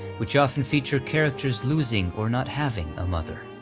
which often feature characters losing or not having a mother.